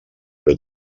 però